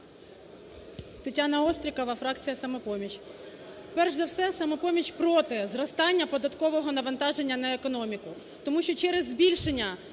Тетяна Острікова, фракція "Самопоміч". Перш за все, "Самопоміч" проти зростання податкового навантаження на економіку, тому що через збільшення